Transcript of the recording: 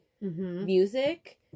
Music